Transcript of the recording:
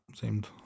Seemed